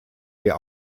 der